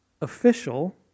official